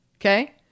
okay